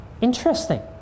Interesting